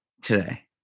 Today